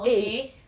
eh